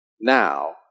now